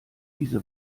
diese